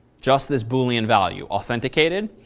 just this boolean value, authenticated.